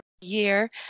year